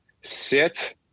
sit